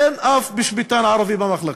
אין אף משפטן ערבי במחלקה.